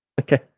okay